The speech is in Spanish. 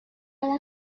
las